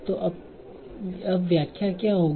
तो अब व्याख्या क्या होगी